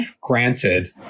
granted